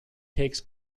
takes